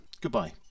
Goodbye